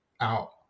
out